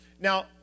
Now